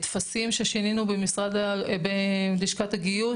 טפסים ששינינו בלשכת הגיוס,